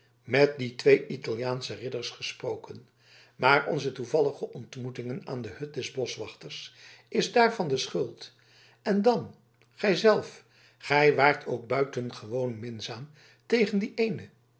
met die twee italiaansche ridders gesproken maar onze toevallige ontmoeting aan de hut des boschwachters is daarvan de schuld en dan gij zelf gij waart ook buitengewoon minzaam tegen dien eenen